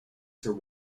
sir